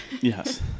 Yes